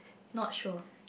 not sure